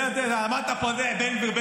אמרת פה: בן גביר,